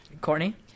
Courtney